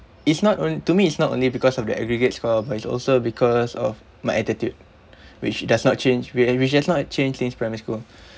it's not on~ to me it's not only because of the aggregate score but it's also because of my attitude which does not change whi~ ha~ which has not changed since primary school